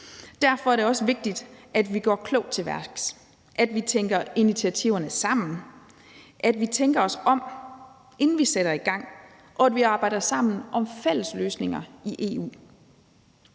Derfor er det også vigtigt, at vi går klogt til værks, at vi tænker initiativerne sammen, at vi tænker os om, inden vi sætter i gang, og at vi arbejder sammen om fælles løsninger i EU.